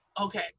Okay